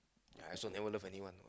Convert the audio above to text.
ya I also never love anyone